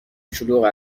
شلوغ